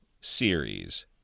series